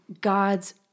God's